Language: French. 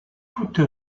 toute